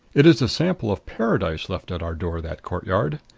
it is a sample of paradise left at our door that courtyard.